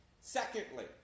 Secondly